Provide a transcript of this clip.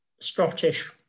Scottish